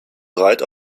bereit